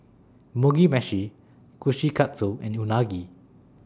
Mugi Meshi Kushikatsu and Unagi